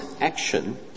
action